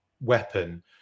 weapon